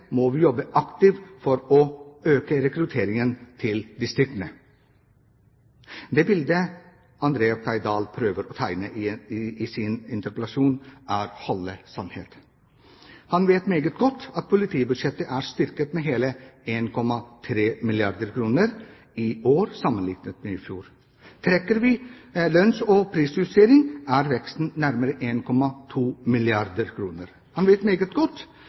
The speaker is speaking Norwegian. må vi jobbe aktivt for å øke rekrutteringen til distriktene. Det bildet André Oktay Dahl prøver å tegne i sin interpellasjon, er halve sannheten. Han vet meget godt at politibudsjettet er styrket med hele 1,3 milliarder kr i år sammenlignet med i fjor. Trekker vi lønns- og prisjustering, er veksten på nærmere 1,2 milliarder kr. Han vet meget godt